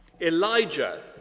Elijah